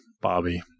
Bobby